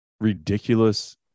ridiculous